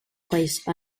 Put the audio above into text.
place